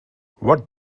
what